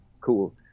cool